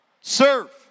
Serve